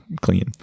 clean